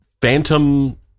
phantom